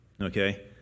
okay